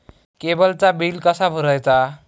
केबलचा बिल कसा भरायचा?